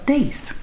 Days